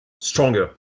stronger